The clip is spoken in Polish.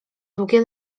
długie